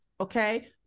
Okay